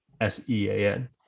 s-e-a-n